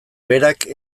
berak